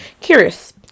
Curious